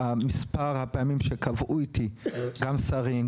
מספר הפעמים שקבעו אתי גם שרים,